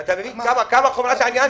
אתה מבין כמה חמור העניין.